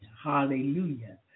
Hallelujah